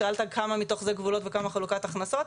שאלת כמה מתוך זה גבולות וכמה חלוקת הכנסות.